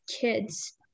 kids